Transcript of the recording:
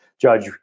judge